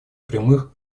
прямых